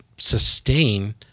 sustain